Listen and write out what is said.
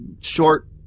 short